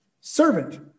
servant